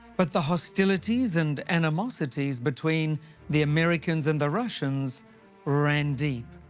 but the hostilities and animosities between the americans and the russians ran deep.